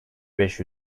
beş